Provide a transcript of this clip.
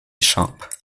sharpe